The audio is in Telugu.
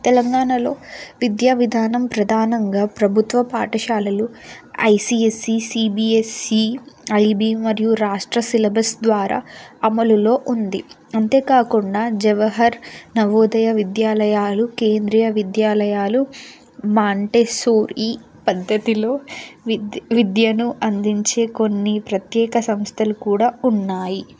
తెలంగాణలో విద్యా విధానం ప్రధానంగా ప్రభుత్వ పాఠశాలలు I C S C C B S C I B మరియు రాష్ట్ర సిలబస్ ద్వారా అమలులో ఉంది అంతేకాకుండా జవహర్ నవోదయ విద్యాలయాలు కేంద్రీయ విద్యాలయాలు మాంటెసోరి పద్ధతిలో విద్య విద్యను అందించే కొన్ని ప్రత్యేక సంస్థలు కూడా ఉన్నాయి